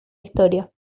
historia